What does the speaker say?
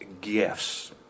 gifts